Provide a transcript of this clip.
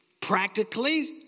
Practically